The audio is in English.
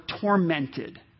tormented